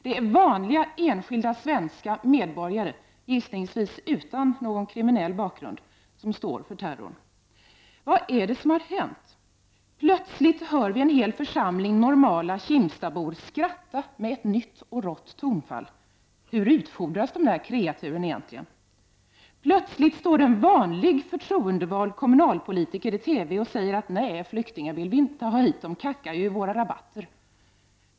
Det är vanliga enskilda svenska medborgare, gissningsvis utan någon kriminell bakgrund, som står för terrorn. Vad är det som har hänt? Plötsligt hör vi en hel församling normala kimstabor skratta med ett nytt och rått tonfall: Hur utfordras de där kreaturen egentligen? Plötsligt står en vanlig förtroendevald kommunalpolitiker i TV och säger att nej, flyktingar vill vi inte ha hit, de kackar i våra rabatter.